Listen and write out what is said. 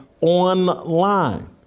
online